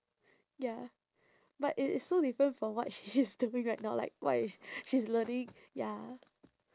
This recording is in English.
ya but it is so different from what she is doing right now like what is she's learning ya